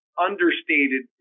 understated